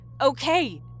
okay